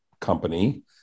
company